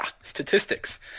statistics